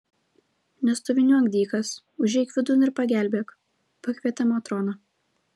nestoviniuok dykas užeik vidun ir pagelbėk pakvietė matrona